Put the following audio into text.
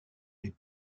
les